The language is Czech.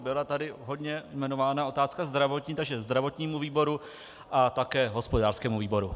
Byla tady hodně jmenována otázka zdravotní, takže zdravotnímu výboru a také hospodářskému výboru.